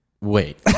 wait